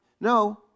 No